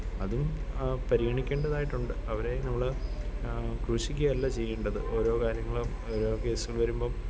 അതും പരിഗണിക്കേണ്ടതായിട്ടുണ്ട് അവരെ നമ്മൾ ക്രൂശിക്കയല്ല ചെയ്യേണ്ടത് ഓരോ കാര്യങ്ങളും ഓരോ കേസുകള് വരുമ്പം